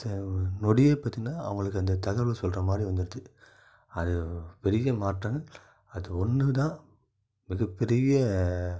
அடுத்த நொடியே பார்த்திங்கன்னா அவங்களுக்கு அந்த தகவலை சொல்லுற மாதிரி வந்துருத்து அது பெரிய மாற்றம் அது ஒன்று தான் மிகப்பெரிய